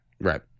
Right